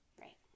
Right